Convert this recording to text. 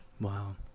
wow